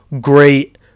great